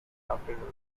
afternoon